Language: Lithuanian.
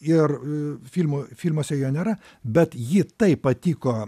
ir filmų filmuose jo nėra bet ji taip patiko